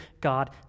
God